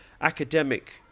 academic